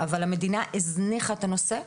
אבל המדינה הזניחה את הנושא,